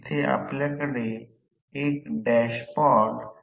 sआहे तो X2 असेल आणि विभाजित केल्यास हे एक r2 ' s असेल